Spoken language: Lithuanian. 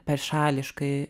per šališkai